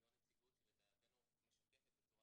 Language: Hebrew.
היא לא נציגות שלדעתנו משקפת בצורה